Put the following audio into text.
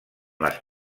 les